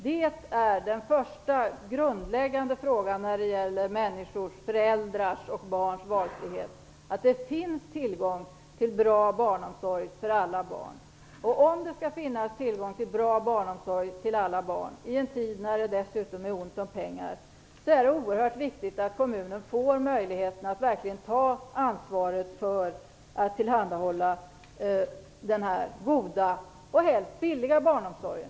Det är den första grundläggande frågan när det gäller föräldrars och barns valfrihet. Det måste finnas tillgång till bra barnomsorg för alla barn. Om det skall finnas tillgång till bra barnomsorg för alla barn, i en tid när det dessutom är ont om pengar, är det oerhört viktigt att kommunerna får möjligheter att verkligen ta ansvaret att tillhandahålla den här goda och helst billiga barnomsorgen.